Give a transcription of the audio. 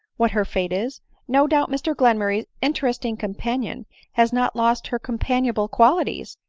what her fate is no doubt mr glenmurray's interesting companion has not lost her companionable qualities,